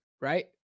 Right